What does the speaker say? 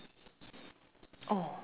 oh